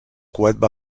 coet